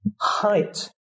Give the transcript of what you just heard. height